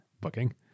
booking